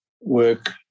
work